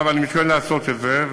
אני מתכוון לעשות את זה.